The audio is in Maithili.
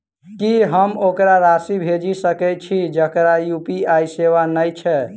की हम ओकरा राशि भेजि सकै छी जकरा यु.पी.आई सेवा नै छै?